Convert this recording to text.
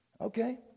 Okay